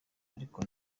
ariko